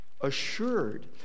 assured